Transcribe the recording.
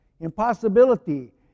impossibility